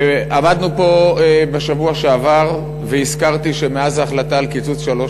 עמדנו פה בשבוע שעבר והזכרתי שמאז ההחלטה על קיצוץ שלוש